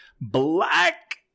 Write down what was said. Black